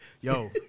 Yo